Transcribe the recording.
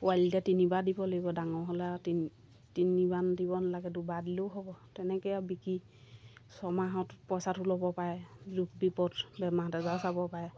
পোৱালিতে তিনিবাৰ দিব লাগিব ডাঙৰ হ'লে আৰু তিনি তিনিবাৰ দিব নালাগে দুবাৰ দিলেও হ'ব তেনেকৈ আৰু বিকি ছমাহত পইচাটো ল'ব পাৰে দুখ বিপদ বেমাৰ আজাৰ চাব পাৰে